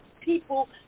people